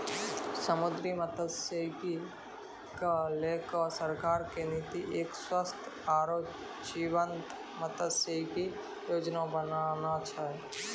समुद्री मत्सयिकी क लैकॅ सरकार के नीति एक स्वस्थ आरो जीवंत मत्सयिकी योजना बनाना छै